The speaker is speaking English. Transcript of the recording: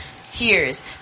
tears